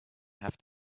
have